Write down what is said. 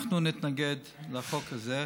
אנחנו נתנגד לחוק הזה.